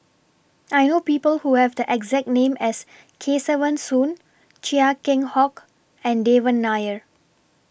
I know People Who Have The exact name as Kesavan Soon Chia Keng Hock and Devan Nair